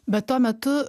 bet tuo metu